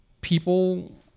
people